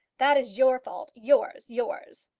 that is your fault yours yours!